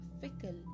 fickle